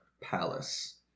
palace